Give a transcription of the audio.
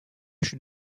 chute